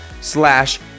slash